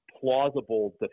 plausible